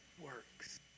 works